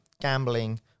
gambling